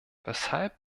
weshalb